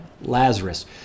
Lazarus